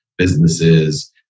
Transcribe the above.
businesses